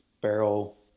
barrel